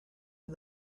and